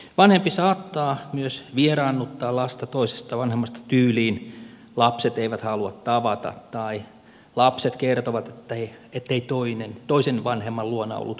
vanhempi saattaa myös vieraannuttaa lasta toisesta vanhemmasta tyyliin lapset eivät halua tavata tai lapset kertovat ettei toisen vanhemman luona ollut kivaa